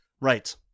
Right